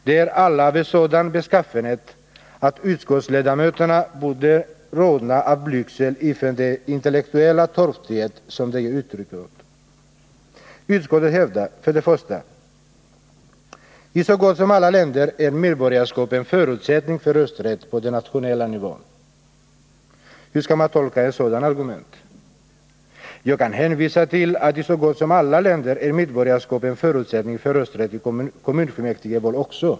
De är alla av en sådan beskaffenhet att utskottsledamöterna borde rodna av blygsel inför den intellektuella torftighet som de ger uttryck åt. Utskottet hävdar för det första, att i så gott som alla länder är medborgarskap en förutsättning för rösträtt på den nationella nivån. Hur skall man tolka ett sådant argument? Jag kan hänvisa till att i så gott som alla länder är medborgarskap en förutsättning för rösträtt också i kommunfullmäktigeval.